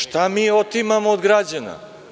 Šta mi otimamo od građana?